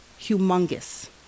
Humongous